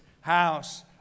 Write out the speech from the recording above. house